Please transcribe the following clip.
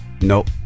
Nope